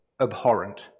abhorrent